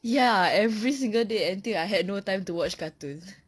ya every single day until I had no time to watch cartoons